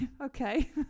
okay